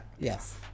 Yes